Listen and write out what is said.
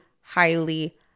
highly